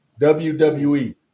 WWE